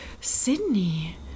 sydney